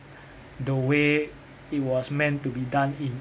the way it was meant to be done in